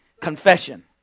confession